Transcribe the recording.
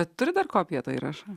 bet turi dar kopiją to įrašo